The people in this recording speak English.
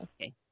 Okay